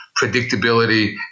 predictability